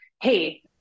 hey